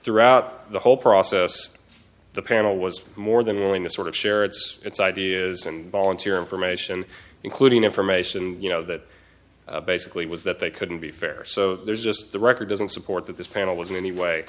throughout the whole process the panel was more than willing to sort of share its its ideas and volunteer information including information you know that basically was that they couldn't be fair so there's just the record doesn't support that this panel is in any